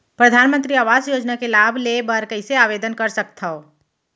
परधानमंतरी आवास योजना के लाभ ले बर कइसे आवेदन कर सकथव?